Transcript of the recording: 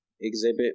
exhibit